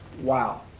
wow